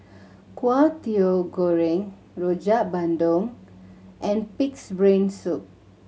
Kway Teow Goreng Rojak Bandung and Pig's Brain Soup